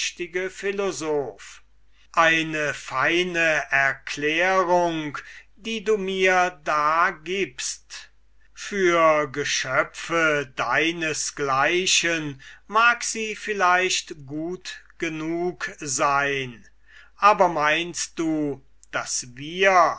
eine feine erklärung die du mir da gibst für geschöpfe deines gleichen mag sie vielleicht gut genug sein aber meinst du daß wir